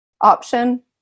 option